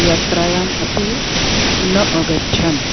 यात्रायाम् अपि न अगच्छन्